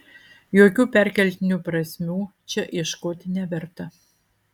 jokių perkeltinių prasmių čia ieškoti neverta